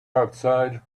outside